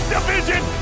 Division